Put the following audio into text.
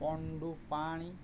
ᱯᱚᱱᱰᱩᱯᱟᱲᱤ